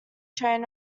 train